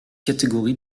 catégorie